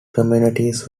communities